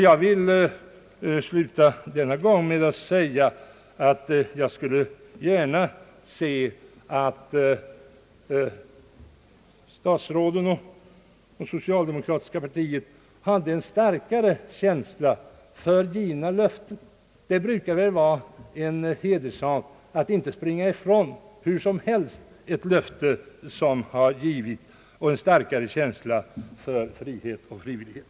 Jag vill sluta detta anförande med att säga att jag gärna skulle se att statsråden och socialdemokraterna över huvud taget hade en starkare känsla för givna löften. Det brukar väl vara en hederssak att inte hur som helst springa ifrån ett löfte som givits om större frihet och frivillighet.